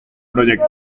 proyecto